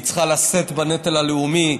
היא צריכה לשאת בנטל הלאומי,